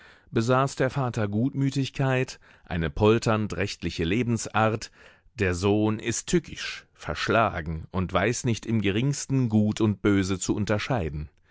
besaß der vater gutmütigkeit eine polternd rechtliche lebensart der sohn ist tückisch verschlagen und weiß nicht im geringsten gut und böse zu unterscheiden